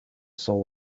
soul